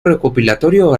recopilatorio